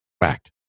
fact